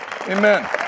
Amen